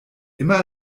immer